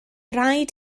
rhaid